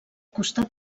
costat